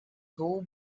school